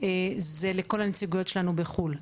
זה לכל הנציגויות שלנו בחו"ל.